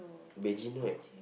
Beijing right